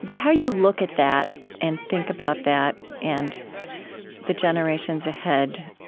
how you look at that and think about that, and the generations ahead